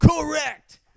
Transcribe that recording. Correct